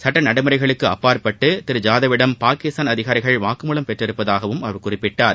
சுட்ட நடைமுறைகளுக்கு அப்பாற்பட்டு திரு ஜாதவிடம் பாகிஸ்தான் அதிகாரிகள் வாக்குமூலம் பெற்றுள்ளதாகவும் அவர் குறிப்பிட்டார்